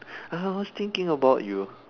I was thinking about you